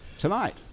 tonight